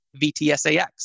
VTSAX